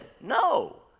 No